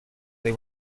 they